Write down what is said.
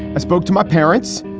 i spoke to my parents.